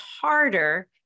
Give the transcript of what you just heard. harder